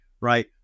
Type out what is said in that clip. Right